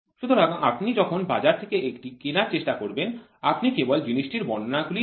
সুতরাং আপনি যখন বাজার থেকে এটি কেনার চেষ্টা করেন আপনি কেবল জিনিসটির বর্ণনাগুলি দেবেন